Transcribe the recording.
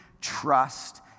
trust